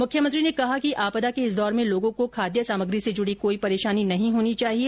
मुख्यमंत्री ने कहा कि आपदा के इस दौर में लोगों को खाद्य सामग्री से जुड़ी कोई परेशानी नहीं होनी चाहिए